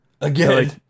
again